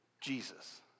Jesus